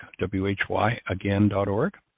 whyagain.org